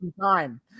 time